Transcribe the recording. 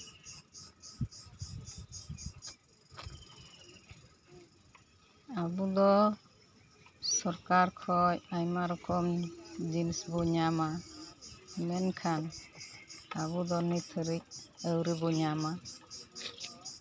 ᱟᱵᱚ ᱫᱚ ᱥᱚᱨᱠᱟᱨ ᱠᱷᱚᱱ ᱟᱭᱢᱟ ᱨᱚᱠᱚᱢ ᱡᱤᱱᱤᱥ ᱵᱚᱱ ᱧᱟᱢᱟ ᱢᱮᱱᱠᱷᱟᱱ ᱟᱵᱚ ᱫᱚ ᱱᱤᱛ ᱦᱟᱹᱰᱤᱡ ᱟᱹᱣᱨᱤ ᱵᱚᱱ ᱧᱟᱢᱟ